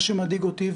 מה שמדאיג אותי,